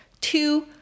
Two